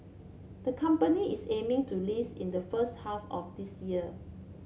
the company is aiming to list in the first half of this year